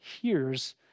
hears